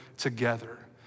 Together